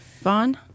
Vaughn